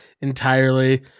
entirely